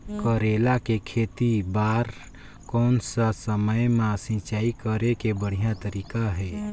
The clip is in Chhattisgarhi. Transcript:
करेला के खेती बार कोन सा समय मां सिंचाई करे के बढ़िया तारीक हे?